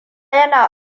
yana